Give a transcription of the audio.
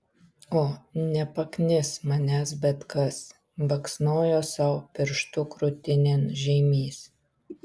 o nepaknis manęs bet kas baksnojo sau pirštu krūtinėn žeimys